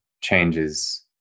changes